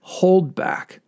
holdback